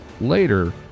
later